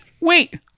wait